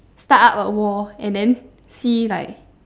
start up a war then see like